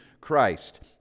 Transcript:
Christ